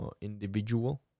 individual